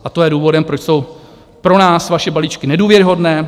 A to je důvodem, proč jsou pro nás vaše balíčky nedůvěryhodné.